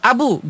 Abu